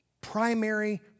primary